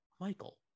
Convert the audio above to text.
Michael